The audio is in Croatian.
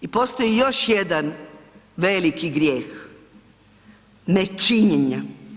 I postoji još jedan veliki grijeh, nečinjenja.